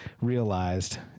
realized